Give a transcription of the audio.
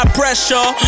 pressure